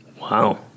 Wow